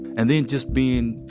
and then, just being,